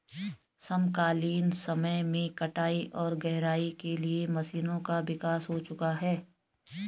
समकालीन समय में कटाई और गहराई के लिए मशीनों का विकास हो चुका है